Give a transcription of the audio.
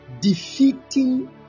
Defeating